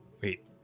Wait